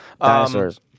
dinosaurs